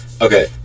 Okay